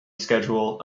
schedule